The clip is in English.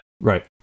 Right